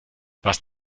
was